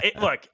Look